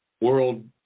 world